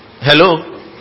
Hello